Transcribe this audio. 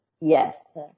Yes